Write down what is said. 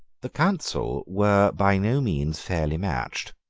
the counsel were by no means fairly matched.